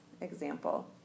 example